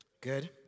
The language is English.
Good